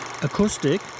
acoustic